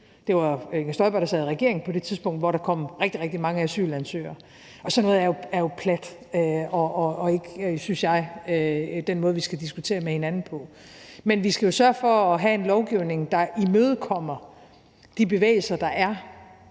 det var Inger Støjberg, der sad i regeringen på det tidspunkt, hvor der kom rigtig, rigtig mange asylansøgere – og sådan noget er jo plat og, synes jeg, ikke den måde, vi skal diskutere med hinanden på. Men vi skal jo sørge for at have en lovgivning, der imødekommer de bevægelser, der er